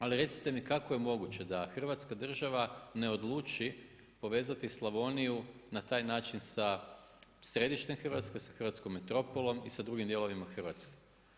Ali, recite mi kako je moguće da Hrvatska država ne odluči povezati Slavoniju na taj način sa središtem Hrvatske, sa hrvatskom metropolom i sa drugim dijelovima Hrvatske.